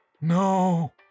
No